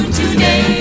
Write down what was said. today